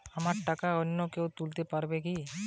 আমার টাকা অন্য কেউ তুলতে পারবে কি?